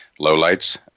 lowlights